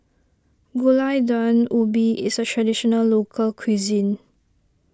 Gulai Daun Ubi is a Traditional Local Cuisine